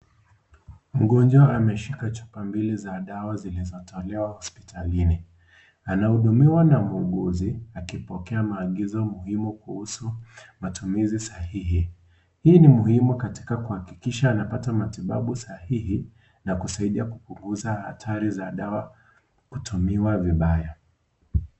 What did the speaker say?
Mgonjwa ameshika chupa mbili za dawa zilizotolewa hospitalini. Anahudumiwa na muuguzi, akipokea maagizo muhimu kuhusu matumizi sahihi. Hii ni muhimu katika kuhakikisha anapata matibabu sahihi na kusaidia kupunguza hatari za dawa kutumiwa vibaya.